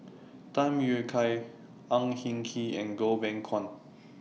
Tham Yui Kai Ang Hin Kee and Goh Beng Kwan